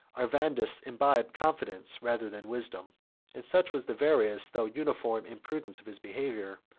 arvandus imbibed confidence rather than wisdom and such was the various, though uniform, imprudence of his behavior,